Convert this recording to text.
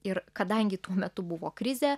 ir kadangi tuo metu buvo krizė